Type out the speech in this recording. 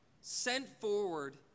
sent-forward